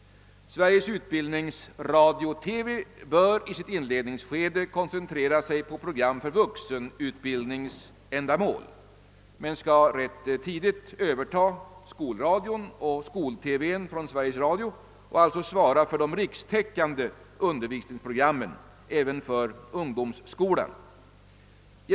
Sveriges Utbildningsradio/TV bör i sitt inledningsskede koncentrera sig på program för vuxenutbildningsändamål men bör rätt tidigt överta skolradion och skol-TV från Sveriges Radio och alltså svara för de rikstäckande undervisningsprogrammen även för ungdomsskolan.